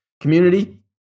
Community